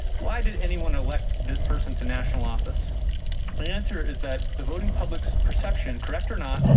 why did anyone elect this person to national office? the answer is that the voting public's perception, correct or not,